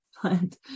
plant